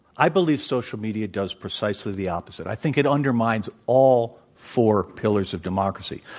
i believe social media does precisely the opposite. i think it undermines all four pillars of democracy.